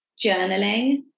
journaling